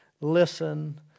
listen